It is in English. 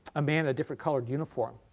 a man in a different colored uniform.